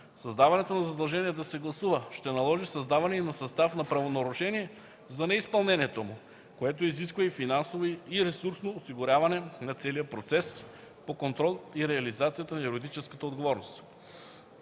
Създаването на задължение да се гласува ще наложи създаване и на състав на правонарушение за неизпълнението му, което изисква и финансово, и ресурсно осигуряване на целия процес по контрола и реализацията на юридическата отговорност.